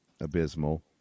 abysmal